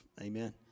amen